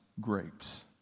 grapes